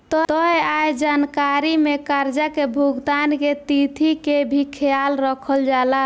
तय आय जानकारी में कर्जा के भुगतान के तिथि के भी ख्याल रखल जाला